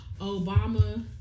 Obama